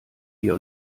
wir